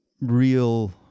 real